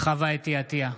חוה אתי עטייה,